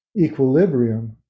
equilibrium